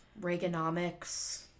Reaganomics